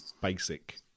basic